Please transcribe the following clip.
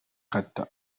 kata